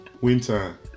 Winter